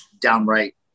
downright